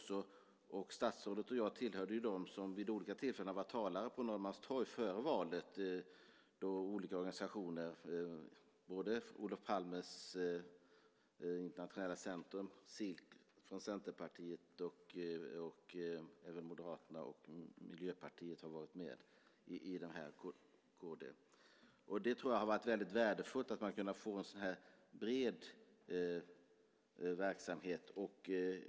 Statsrådet och jag tillhörde ju dem som före valet vid olika tillfällen var talare på Norrmalmstorg där olika organisationer, både Olof Palmes Internationella Centrum och Silk, men också Centerpartiet, Moderaterna och Miljöpartiet har varit med. Det har varit väldigt värdefullt att kunna få en så bred verksamhet.